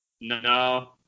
No